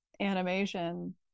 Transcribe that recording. animation